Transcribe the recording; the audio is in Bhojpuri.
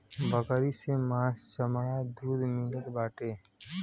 बकरी से मांस चमड़ा दूध मिलत बाटे